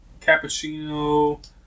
cappuccino